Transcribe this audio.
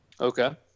Okay